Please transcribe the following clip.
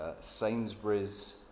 Sainsbury's